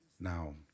Now